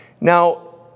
Now